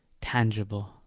tangible